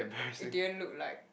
it didn't look like